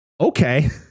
okay